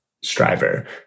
striver